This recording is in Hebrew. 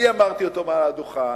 אני אמרתי את זה מעל הדוכן,